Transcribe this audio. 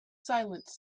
silence